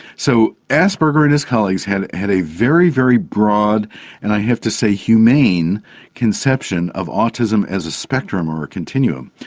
so asperger and his colleagues had had a very, very broad and i have to say humane conception of autism as a spectrum or a continuum.